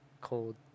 cold